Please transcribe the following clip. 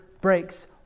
breaks